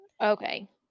Okay